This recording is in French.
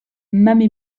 mame